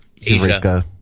Eureka